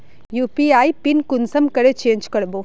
UPI pin कुंसम करे change करबो?